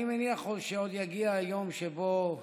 אני מניח שעוד יגיע היום שבו